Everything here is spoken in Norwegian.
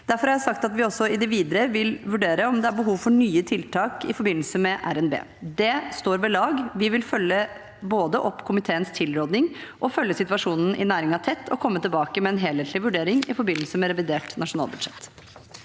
Derfor har jeg sagt at vi også i det videre vil vurdere om det er behov for nye tiltak i forbindelse med revidert nasjonalbudsjett. Det står ved lag. Vi vil både følge opp komiteens tilråding og følge situasjonen i næringen tett, og komme tilbake med en helhetlig vurdering i forbindelse med revidert nasjonalbudsjett.